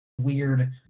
weird